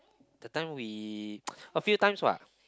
the time we a few times what